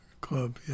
club